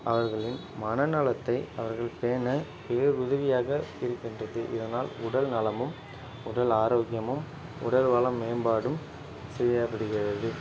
அவர்களின் மன நலத்தை அவர்கள் பேண பேருதவியாக இருக்கின்றது இதனால் உடல் நலமும் உடல் ஆரோக்கியமும் உடல் வள மேம்பாடும் சரியாகிவிடுகிறது